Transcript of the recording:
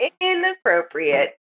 inappropriate